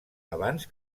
abans